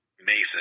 Mason